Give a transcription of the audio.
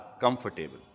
comfortable